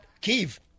Kiev